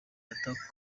tarah